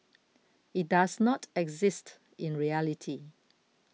it does not exist in reality